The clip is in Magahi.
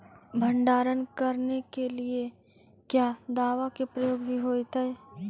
भंडारन करने के लिय क्या दाबा के प्रयोग भी होयतय?